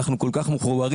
אנחנו כל כך מחוברים,